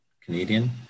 Canadian